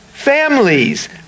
families